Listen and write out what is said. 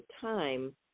time